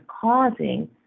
causing